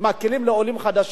מקלים על עולים חדשים,